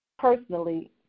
personally